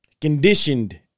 conditioned